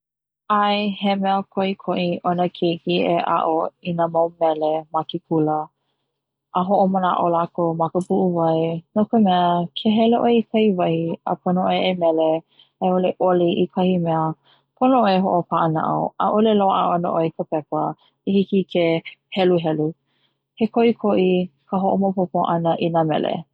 ʻAe he mea koʻikoʻi ona keiki e aʻo i na mau mele ma ke kula a hoʻomanaʻo lakou ma ka puʻuwai no ka mea ke hele ʻoe i kahi wahi a pono ʻoe e mele aʻiʻole e oli i kahi mea pono ʻoe e hoʻopaʻanaʻau ʻaʻole loaʻa ana ʻoe i ka pepa i hiki ke heluhelu, he koʻikoʻi ka hoʻomaopopo ana i na mele.